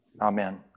Amen